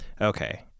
okay